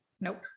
Nope